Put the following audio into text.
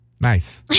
Nice